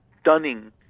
stunning